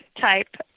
type